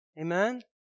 Amen